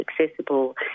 accessible